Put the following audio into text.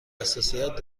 حساسیت